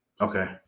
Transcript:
Okay